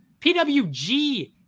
PWG